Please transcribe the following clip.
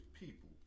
People